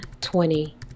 twenty